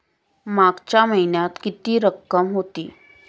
मागच्या महिन्यात किती रक्कम होती?